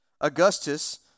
Augustus